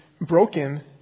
broken